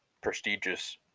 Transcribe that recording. prestigious